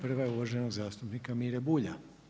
Prva je uvaženog zastupnika Mire Bulja.